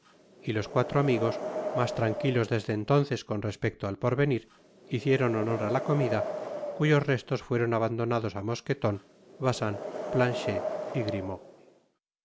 y los cuatro amigos mas tranquilos desde entonces con respecto al porvenir hicieron honor á la comida cuyos restos fueron abandonados á mosqueton bacin planchet y grimaud